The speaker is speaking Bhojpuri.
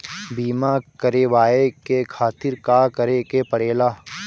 बीमा करेवाए के खातिर का करे के पड़ेला?